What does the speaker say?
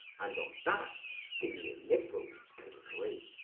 and on that, the neoliberals could agree'.